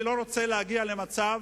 אני לא רוצה להגיע למצב,